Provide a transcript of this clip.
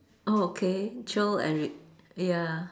oh okay chill and re~ ya